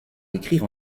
écrire